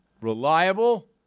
reliable